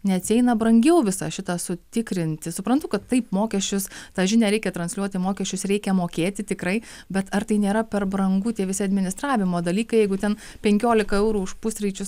neatsieina brangiau visą šitą sutikrinti suprantu kad taip mokesčius tą žinią reikia transliuoti mokesčius reikia mokėti tikrai bet ar tai nėra per brangu tie visi administravimo dalykai jeigu ten penkiolika eurų už pusryčius